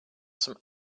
some